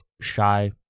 shy